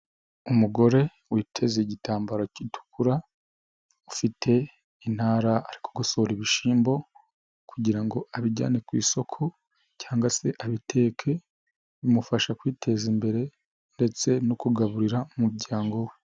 Umugore witeze igitambaro gitukura, ufite intara ari kugosora ibishimbo kugira ngo abijyane ku isoko cyangwa se abiteke bimufasha kwiteza imbere ndetse no kugaburira umuryango we.